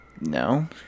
No